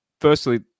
firstly